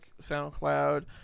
SoundCloud